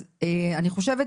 אז אני חושבת,